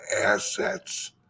assets